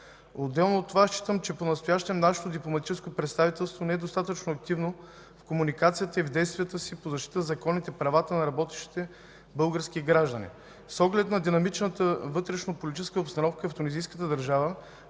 Отделно от това считам, че понастоящем нашето дипломатическо представителство не е достатъчно активно в комуникацията и в действията си по защита на правата на работещите български граждани. С оглед на динамичната вътрешно-политическа обстановка в тунизийската държава,